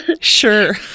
Sure